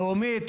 לאומית,